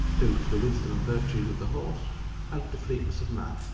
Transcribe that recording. who to the wisdom and virtues of the horse added the fleetness of man.